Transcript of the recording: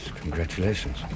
congratulations